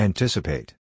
Anticipate